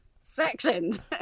sectioned